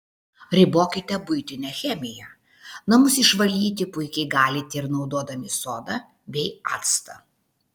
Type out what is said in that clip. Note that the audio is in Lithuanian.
ribokite buitinę chemiją namus išvalyti puikiai galite ir naudodami sodą bei actą